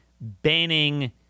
banning